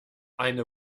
eine